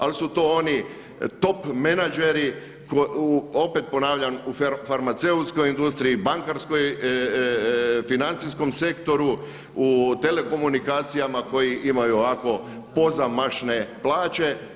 Ali su to oni top menadžeri opet ponavljam u farmaceutskoj industriji, bankarskoj, financijskom sektoru, u telekomunikacijama koji imaju ovako pozamašne plaće.